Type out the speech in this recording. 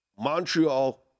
Montreal